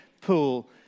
pool